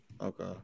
Okay